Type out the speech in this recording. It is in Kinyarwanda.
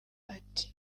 ati